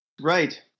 Right